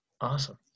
awesome